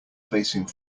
facing